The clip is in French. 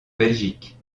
belgique